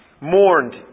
mourned